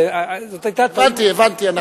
זאת היתה טעות, הבנתי, הבנתי.